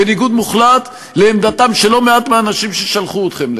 בניגוד מוחלט לעמדתם של לא-מעט מהאנשים ששלחו אתכם לכאן.